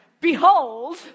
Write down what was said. behold